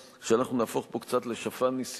בכך שבמובן מסוים אנחנו נהפוך פה קצת לשפן ניסיונות